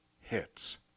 hits